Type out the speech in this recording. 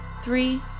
three